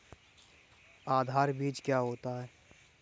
आधार बीज क्या होता है?